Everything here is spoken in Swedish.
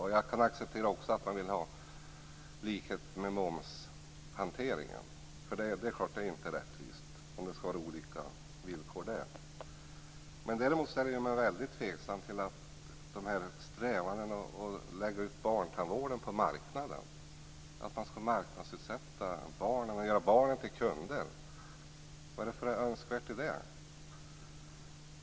Jag kan också acceptera att man vill ha likhet i momshanteringen. Det är inte rättvist om det skall vara olika villkor där. Däremot ställer jag mig tveksam till strävandena att lägga ut barntandvården på marknaden, att marknadsutsätta och göra barnen till kunder. Vad är det för önskvärt i det?